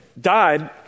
died